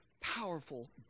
powerful